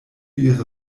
ihre